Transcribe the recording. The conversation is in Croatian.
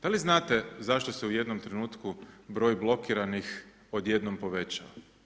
Da li znate zašto se u jednom trenutku broj blokiranih odjednom povećao?